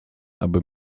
aby